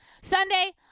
Sunday